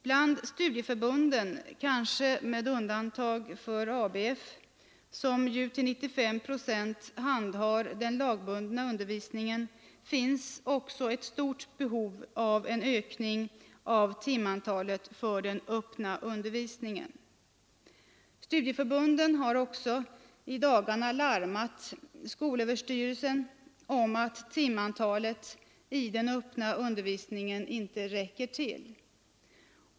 Bland studieförbunden — kanske med undantag för ABF, som ju till 95 procent handhar den lagbundna undervisningen — finns också ett stort behov av en ökning av timantalet för den öppna undervisningen. Studieförbunden har i dagarna larmat skolöverstyrelsen om att timantalet i den öppna undervisningen inte räcker till.